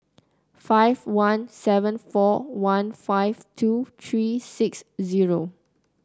five one seven four one five two three six zero